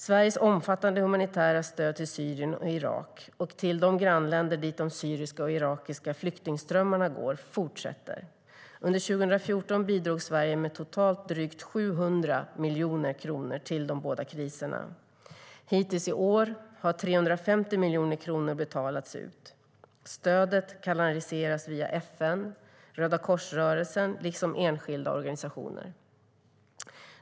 Sveriges omfattande humanitära stöd till Syrien och Irak, och till de grannländer dit de syriska och irakiska flyktingströmmarna går, fortsätter. Under 2014 bidrog Sverige med totalt drygt 700 miljoner kronor till de båda kriserna. Hittills i år har 350 miljoner kronor betalats ut. Stödet kanaliseras via FN och Rödakorsrörelsen liksom enskilda organisationer.